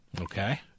Okay